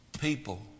people